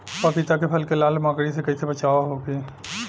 पपीता के फल के लाल मकड़ी से कइसे बचाव होखि?